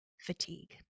fatigue